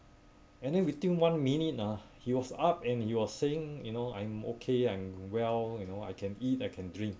and then between one minute ah he was up and he was saying you know I'm okay I'm well you know I can eat I can drink